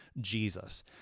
Jesus